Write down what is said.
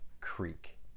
Creek